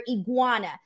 Iguana